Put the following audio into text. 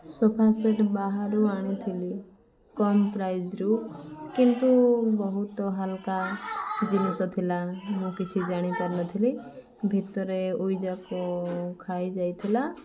sofa set ବାହାରୁ ଆଣିଥିଲି କମ୍ ପ୍ରାଇସ୍ରୁ କିନ୍ତୁ ବହୁତ ହାଲୁକା ଜିନିଷ ଥିଲା ମୁଁ କିଛି ଜାଣିପାରିନଥିଲି ଭିତରେ ଉଇଯାକ ଖାଇଯାଇଥିଲା